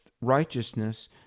righteousness